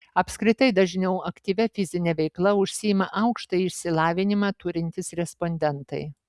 apskritai dažniau aktyvia fizine veikla užsiima aukštąjį išsilavinimą turintys respondentai